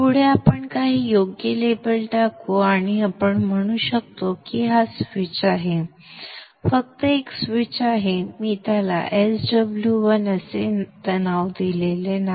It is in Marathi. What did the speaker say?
पुढे आपण काही योग्य लेबल टाकू आणि आपण म्हणतो की हा स्विच आहे फक्त एक स्विच आहे मी त्याला Sw 1 असे नाव दिलेले नाही